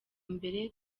mbere